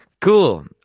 Cool